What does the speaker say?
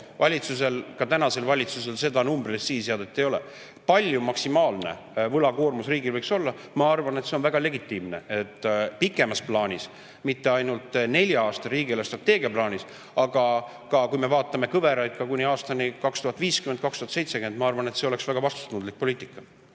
Valitsusel, ka tänasel valitsusel seda numbrilist sihiseadet ei ole, kui palju maksimaalne võlakoormus võiks riigil olla. Ma arvan, et see on väga legitiimne pikemas plaanis, mitte ainult nelja aasta riigi eelarvestrateegia plaanis. Kui me vaatame kõveraid kuni aastani 2050, 2070, ma arvan, et oleks väga vastutustundlik poliitika